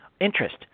interest